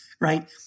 right